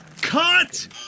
cut